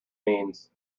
means